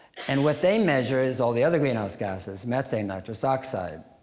and what they measure is all the other greenhouse gases methane, nitrous oxide,